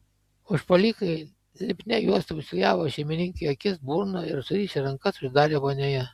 užpuolikai lipnia juosta užklijavo šeimininkei akis burną ir surišę rankas uždarė vonioje